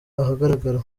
ahagaragara